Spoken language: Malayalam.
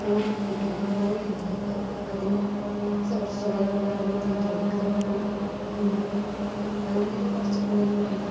കോഴികുട്ടികൾ കോഴി ഉണ്ട് അതിനെ അതിന് സംരക്ഷിക്കാമെന്ന് പറഞ്ഞാൽ അതിന് തീറ്റ കൊടുക്കുക പിന്നെ അങ്ങനെയുള്ള കുറച്ച് പണികളുണ്ട്